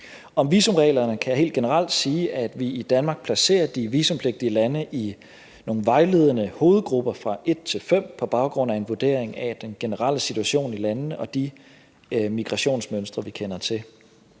Om visumreglerne kan jeg helt generelt sige, at vi i Danmark placerer de visumpligtige lande i nogle vejledende hovedgrupper fra 1 til 5 på baggrund af en vurdering af den generelle situation i landene og de migrationsmønstre, vi kender til.